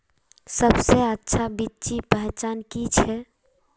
सबसे अच्छा बिच्ची पहचान की छे?